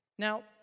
Now